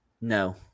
No